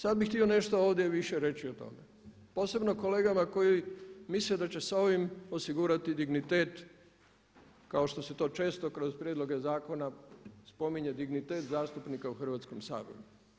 Sada bih htio nešto ovdje više reći o tome, posebno kolegama koji misle da će sa ovim osigurati dignitet kao što se to često kroz prijedloge zakona spominje dignitet zastupnika u Hrvatskom saboru.